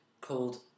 called